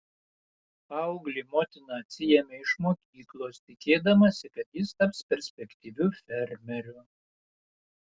paauglį motina atsiėmė iš mokyklos tikėdamasi kad jis taps perspektyviu fermeriu